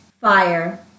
Fire